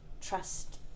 trust